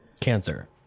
Cancer